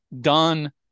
done